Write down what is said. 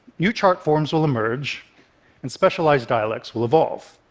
new chart forms will emerge and specialized dialects will evolve.